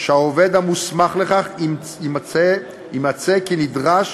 שהעובד המוסמך לכך ימצא כי נדרש